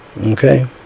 okay